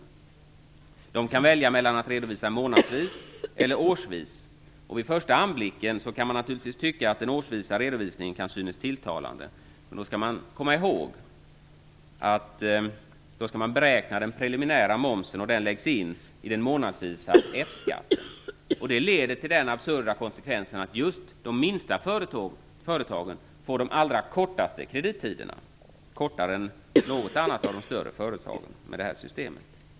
Dessa företag kan välja mellan att redovisa månadsvis eller årsvis. Vid första anblicken kan man naturligtvis tycka att den årsvisa redovisningen kan synas tilltalande. Då skall man dock komma ihåg att den preliminära momsen skall beräknas och läggas in i den månadsvisa F skatten. Den absurda konsekvensen blir att just de minsta företagen med det här systemet får de kortaste kredittiderna. Kredittiderna blir kortare än för något av de större företagen.